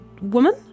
woman